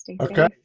Okay